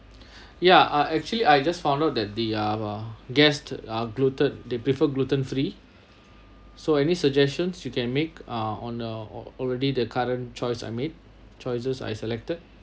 ya uh actually I just found out that the uh guests are gluten they prefer gluten free so any suggestions you can make uh on the already the current choice I made choices I selected